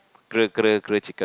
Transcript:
grill grill grill chicken